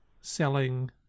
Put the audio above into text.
selling